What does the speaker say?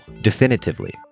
definitively